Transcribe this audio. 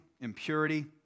impurity